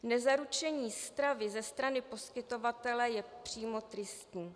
Nezaručení stravy ze strany poskytovatele je přímo tristní.